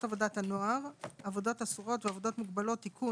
עבודת הנוער (עבודות אסורות ועבודות מוגבלות)(תיקון),